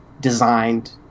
designed